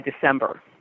December